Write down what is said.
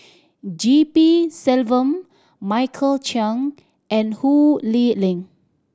G P Selvam Michael Chiang and Ho Lee Ling